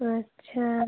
अच्छा